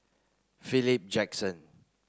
Philip Jackson